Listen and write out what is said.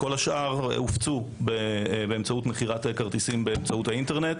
כל השאר הופצו על ידי מכירת כרטיסים באמצעות האינטרנט.